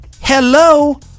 hello